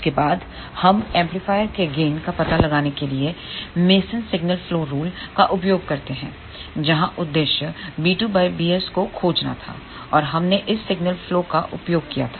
उसके बाद हम एम्पलीफायर के गेन का पता लगाने के लिए मेसन सिग्नल फ्लो रूल का उपयोग करते हैं जहां उद्देश्य b2 bs को खोजना था और हमने इस सिग्नल फ्लो का उपयोग किया था